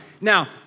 Now